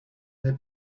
n’est